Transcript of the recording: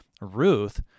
Ruth